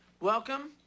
Welcome